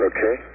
Okay